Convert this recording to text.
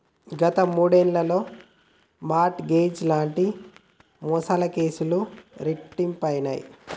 గత మూడేళ్లలో mortgage లాంటి మోసాల కేసులు రెట్టింపయినయ్